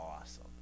awesome